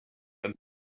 enden